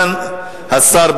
סגן השר,